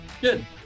Good